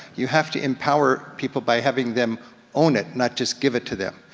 you have to empower people by having them own it, not just give it to them,